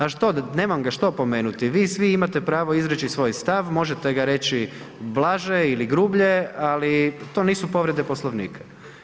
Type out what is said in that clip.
A što, nemam ga što opomenuti, vi svi imate pravo izreći svoj stav, možete ga reći blaže ili grublje, ali to nisu povrede Poslovnika.